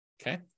Okay